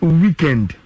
weekend